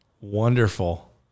Wonderful